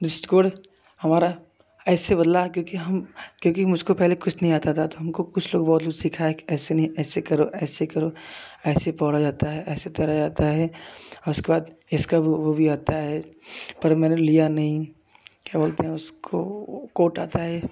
दृष्टिकोण हमारा ऐसे बदला क्योंकि हम क्योंकि मुझको पहले कुछ नहीं आता था तो हमको कुछ लोग बहुत कुछ सिखाए है कि ऐसे नहीं ऐसे करो ऐसे करो ऐसे पौड़ा जाता है ऐसे तैरा जाता है उसके बाद इसका वो वो भी आता है पर मैंने लिया नहीं क्या बोलते हैं उसको कोट आता है